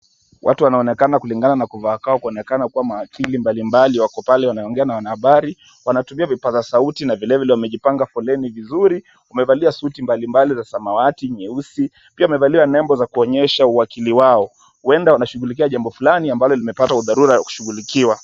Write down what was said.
Watu wanaonekana kulingana na kuvaa kwao kuonekana kuwa mawakili mbalimbali wako pale wanaongea na wanahabari. Wanatumia vipaza sauti na vile vile wamejipanga foleni vizuri. Wamevalia suti mbalimbali za samawati, nyeusi pia wamevalia nembo za kuonyesha uwakili wao. Huenda wanashughulikia jambo fulani ambalo limepata udharura wa kushughulikiwa.